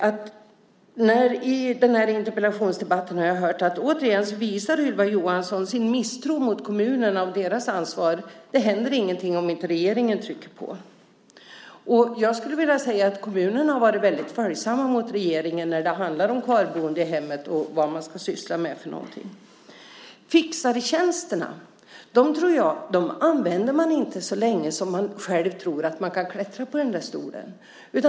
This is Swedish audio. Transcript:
I den här debatten har jag hört att Ylva Johansson återigen visar sin misstro mot kommunerna och deras ansvar. Det händer ingenting om regeringen inte trycker på. Jag skulle vilja säga att kommunerna har varit väldigt följsamma mot regeringen när det handlat om kvarboende i hemmet och vad man ska syssla med för någonting. Fixartjänsterna tror jag inte att man använder så länge man tror att man själv kan klättra på stolen.